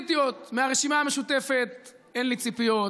אם תמשיכו להתנגד לזה בגלל עוד מאמר מערכת בעיתון לאנשים חושבים,